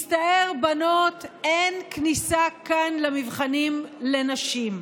מצטער, בנות, אין כניסה כאן למבחנים לנשים?